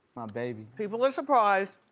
baby. people were surprised,